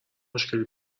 مشکلی